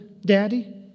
Daddy